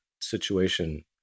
situation